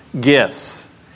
gifts